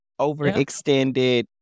overextended